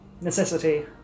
necessity